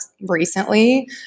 recently